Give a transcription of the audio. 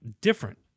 different